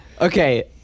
Okay